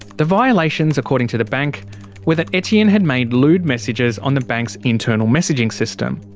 the violations, according to the bank were that etienne had made lewd messages on the bank's internal messaging system.